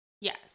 Yes